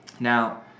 Now